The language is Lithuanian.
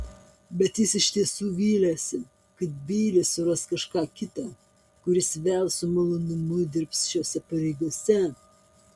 bet jis iš tiesų vylėsi kad beilis suras kažką kitą kuris vėl su malonumu dirbs šiose pareigose